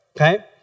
Okay